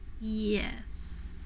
Yes